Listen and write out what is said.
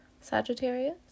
Sagittarius